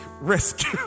risk